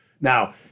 Now